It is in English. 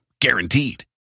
Guaranteed